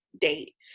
date